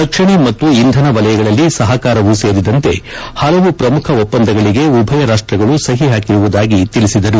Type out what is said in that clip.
ರಕ್ಷಣೆ ಮತ್ತು ಇಂಧನ ವಲಯಗಳಲ್ಲಿ ಸಹಕಾರವೂ ಸೇರಿದಂತೆ ಪಲವು ಪ್ರಮುಖ ಒಪ್ಪಂದಗಳಿಗೆ ಉಭಯ ರಾಷ್ಟಗಳು ಸಹಿ ಹಾಕಿರುವುದಾಗಿ ತಿಳಿಸಿದರು